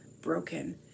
broken